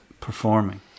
performing